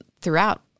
throughout